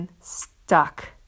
stuck